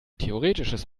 theoretisches